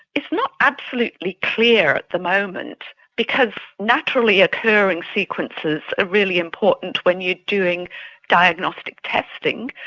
it's not absolutely clear at the moment because naturally occurring sequences are really important when you're doing diagnostic testing,